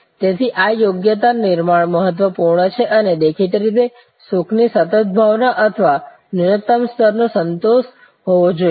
તેથી આ યોગ્યતા નિર્માણ મહત્વપૂર્ણ છે અને દેખીતી રીતે સુખની સતત ભાવના અથવા ન્યૂનતમ સ્તરનો સંતોષ હોવો જોઈએ